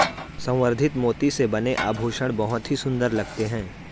संवर्धित मोती से बने आभूषण बहुत ही सुंदर लगते हैं